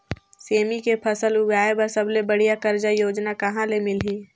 सेमी के फसल उगाई बार सबले बढ़िया कर्जा योजना कहा ले मिलही?